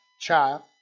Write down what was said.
child